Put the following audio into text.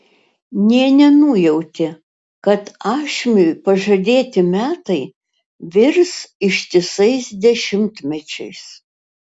nė nenujautė kad ašmiui pažadėti metai virs ištisais dešimtmečiais